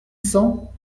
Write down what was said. cents